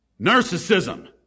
Narcissism